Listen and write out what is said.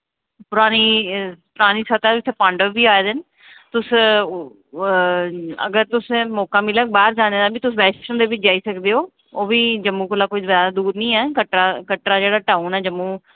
परानी परानी छत ऐ जित्थै पांडव बी आए दे न तुस अगर तुसें मौका मिलग बाह्र जाने दा बी तुस वैश्णो देवी जाई सकदे ओ ओह् बी जम्मू जम्मू कोला जैदा दूर निं ऐ कटड़ा कटड़ा जेह्ड़ा टाउन ऐ जम्मू